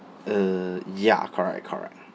uh ya correct correct